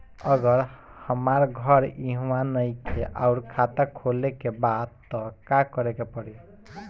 अगर हमार घर इहवा नईखे आउर खाता खोले के बा त का करे के पड़ी?